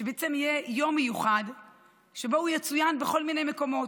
שבעצם יהיה יום מיוחד שיצוין בכל מיני מקומות: